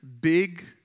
big